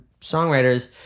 songwriters